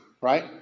right